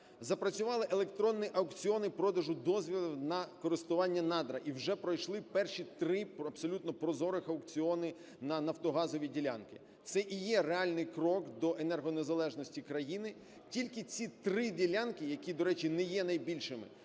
Запрацювали електронні аукціони продажу дозволів на користування надра, і вже пройшли перші три абсолютно прозорих аукціони на нафтогазові ділянки. Це і є реальний крок до енергонезалежності країни. Тільки ці три ділянки, які, до речі, не є найбільшими,